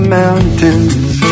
mountains